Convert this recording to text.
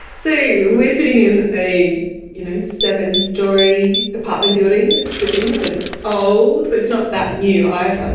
so we are sitting in a you know seven-storey apartment building, this building isn't old but it's not that new either.